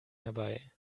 herbei